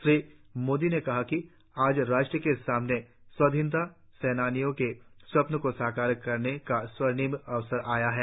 श्री मोदी ने कहा कि आज राष्ट्र के सामने स्वाधीनता सेनानियों के स्वप्नों को साकार करने का स्वर्णिम अवसर आया है